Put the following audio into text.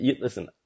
Listen